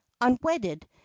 unwedded